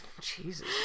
Jesus